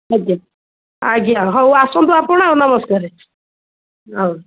ଆଜ୍ଞା ଆଜ୍ଞା ହଉ ଆସନ୍ତୁ ଆପଣ ଆଉ ନମସ୍କାର ହଉ